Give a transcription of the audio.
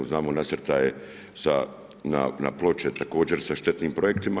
Znamo nasrtaje na Ploče također sa štetnim projektima.